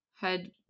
had